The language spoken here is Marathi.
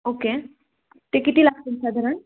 ओके ते किती लागतील साधारण